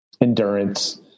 endurance